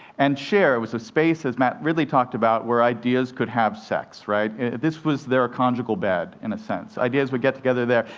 and share. it was a space, as matt ridley talked about, where ideas could have sex. this was their conjugal bed, in a sense ideas would get together there.